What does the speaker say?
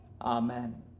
Amen